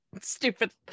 Stupid